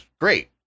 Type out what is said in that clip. great